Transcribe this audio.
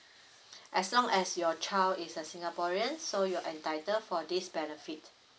as long as your child is a singaporean so you'll entitle for this benefit